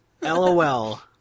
LOL